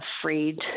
afraid